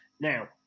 Now